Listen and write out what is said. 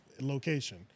location